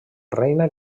reina